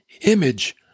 image